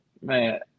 Man